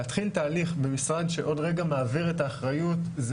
להתחיל תהליך במשרד שעוד רגע מעביר את האחריות,